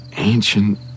ancient